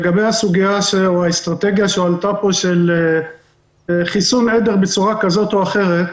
לגבי האסטרטגיה שהועלתה פה של חיסון עדר בצורה כזאת או אחרת.